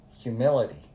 humility